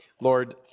Lord